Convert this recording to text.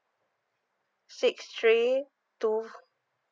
six three two